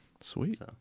Sweet